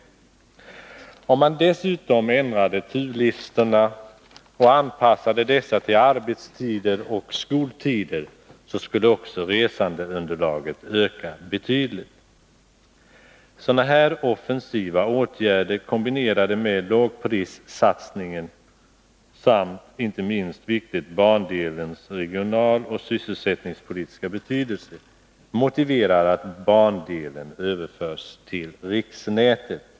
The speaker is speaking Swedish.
Om man dessutom ändrade turlistorna och anpassade dessa till arbetstider och skoltider, skulle också resandeunderlaget öka betydligt. Sådana här offensiva åtgärder kombinerade med lågprissatsningen samt — inte minst viktigt — bandelens regionaloch sysselsättningspolitiska betydelse motiverar att bandelen överförs till riksnätet.